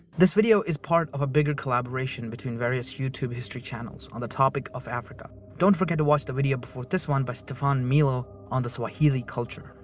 this video is part of a bigger collaboration between various youtube history channels on the topic of africa. don't forget to watch the video before this one by stefan milo on the swahili culture.